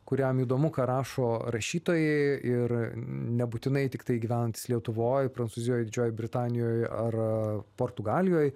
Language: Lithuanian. kuriam įdomu ką rašo rašytojai ir nebūtinai tiktai gyvenantys lietuvoj prancūzijoj didžiojoj britanijoj ar portugalijoj